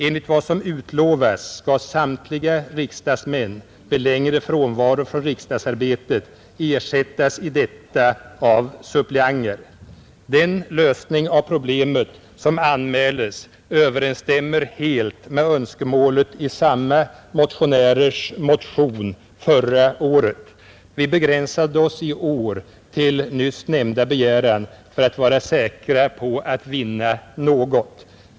Enligt vad som utlovats skall samtliga riksdagsmän vid längre frånvaro från riksdagsarbetet ersättas i detta av suppleanter. Den lösning av problemet som anmäles överensstämmer helt med önskemålet i samma motionärers motion förra året. Vi begränsade oss i år till nyssnämnda begäran för att vara säkra på att vinna något.